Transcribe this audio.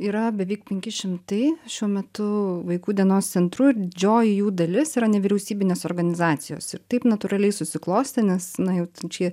yra beveik penki šimtai šiuo metu vaikų dienos centrų ir didžioji jų dalis tai yra nevyriausybinės organizacijos ir taip natūraliai susiklostė nes na jau čia